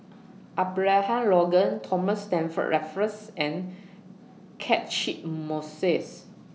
Abraham Logan Thomas Stamford Raffles and Catchick Moses